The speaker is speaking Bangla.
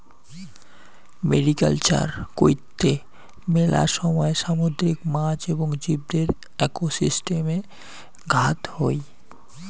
মেরিকালচার কৈত্তে মেলা সময় সামুদ্রিক মাছ এবং জীবদের একোসিস্টেমে ঘাত হই